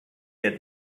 had